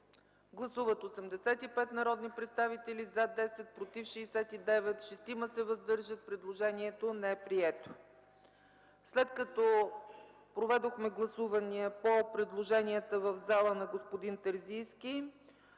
Гласували 85 народни представители: за 10, против 69, въздържали се 6. Предложението не е прието. След като проведохме гласувания по предложенията в залата на господин Терзийски,